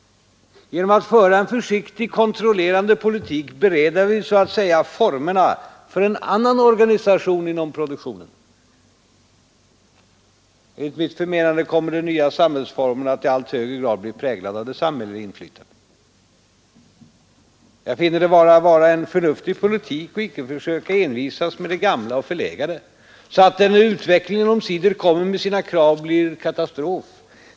Genom att föra en försiktig, kontrollerande politik bereda vi så att säga formerna för en annan organisation inom produktionen. Enligt mitt förmenande komma de nya samhällsformerna att i allt högre grad bli präglade av det samhälleliga inflytandet ———. Jag finner det vara en förnuftig politik att icke försöka envisas med det gamla och förlegade, så att det när utvecklingen omsider kommer med sina krav blir katastrof.